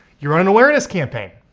you run an awareness campaign.